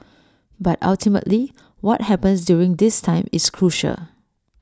but ultimately what happens during this time is crucial